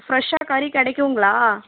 ஃப்ரெஷ்ஷாக கறி கிடைக்குங்களா